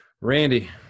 Randy